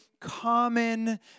common